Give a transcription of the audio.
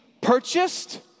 purchased